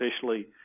officially